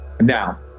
Now